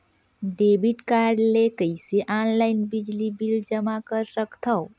Debit card ले कइसे online बिजली बिल जमा कर सकथव?